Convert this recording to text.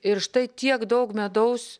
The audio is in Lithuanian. ir štai tiek daug medaus